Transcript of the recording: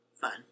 Fun